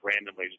randomly